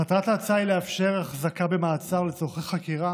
מטרת ההצעה היא לאפשר החזקה במעצר לצורכי חקירה